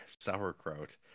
Sauerkraut